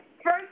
First